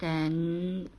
then